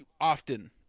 often